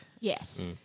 Yes